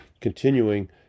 continuing